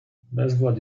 bezwład